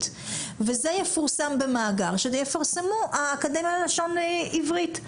וזה יפורסם במאגר שיפרסמו האקדמיה ללשון עברית.